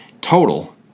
total